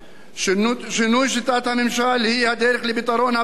שינוי שיטת הממשל הוא הדרך לפתרון הבעיות,